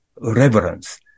reverence